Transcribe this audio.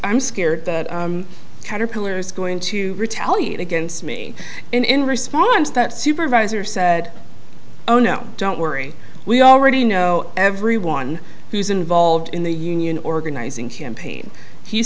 i'm scared that caterpillar is going to retaliate against me in response that supervisor said oh no don't worry we already know everyone who's involved in the union organizing campaign he